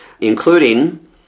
including